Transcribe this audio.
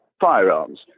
firearms